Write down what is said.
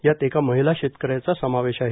यात एका महिला शेतकऱ्याचा समावेश आहे